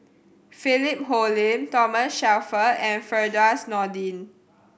Philip Hoalim Thomas Shelford and Firdaus Nordin